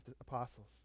apostles